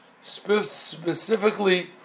specifically